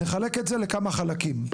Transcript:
נחלק את זה לכמה חלקים,